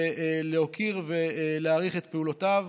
ולהוקיר ולהעריך את פעולותיו.